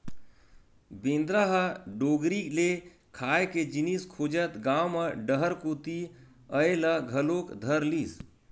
बेंदरा ह डोगरी ले खाए के जिनिस खोजत गाँव म डहर कोती अये ल घलोक धरलिस